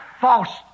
false